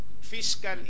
fiscal